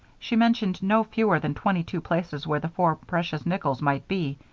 she mentioned no fewer than twenty-two places where the four precious nickels might be,